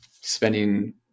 spending